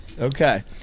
Okay